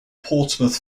portsmouth